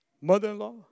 mother-in-law